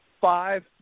Five